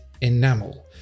enamel